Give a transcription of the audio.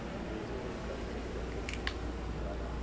उसमें जो एक अद्भुत प्रकृति द्वारा